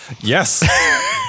Yes